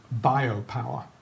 biopower